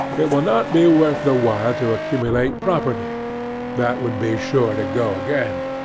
it will not be worth the while to accumulate property that would be sure to go again.